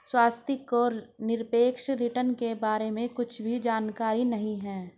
स्वाति को निरपेक्ष रिटर्न के बारे में कुछ भी जानकारी नहीं है